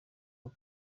ako